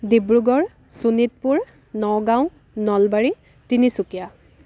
Dibrugarh Sonitpur Nagaon Nalbari Tinsukia